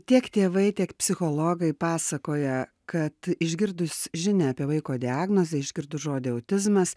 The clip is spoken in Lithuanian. tiek tėvai tiek psichologai pasakoja kad išgirdus žinią apie vaiko diagnozę išgirdus žodį autizmas